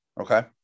Okay